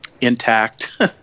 intact